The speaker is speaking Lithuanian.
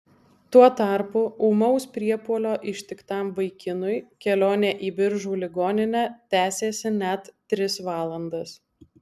tuo tarpu ūmaus priepuolio ištiktam vaikinui kelionė į biržų ligoninę tęsėsi net tris valandas